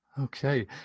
Okay